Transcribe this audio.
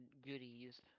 goodies